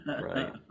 right